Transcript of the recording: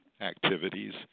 Activities